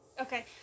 Okay